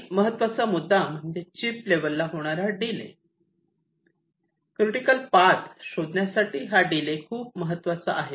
आणि महत्त्वाचा मुद्दा म्हणजे चीप लेवल ला होणारा डिले क्रिटिकल पाथ शोधण्यासाठी हा डिले खूप महत्त्वाचा आहे